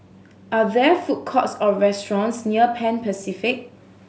are there food courts or restaurants near Pan Pacific